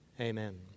Amen